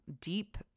deep